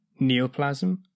neoplasm